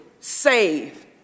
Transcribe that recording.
save